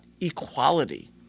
equality